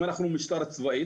אם אנחנו משטר צבאי,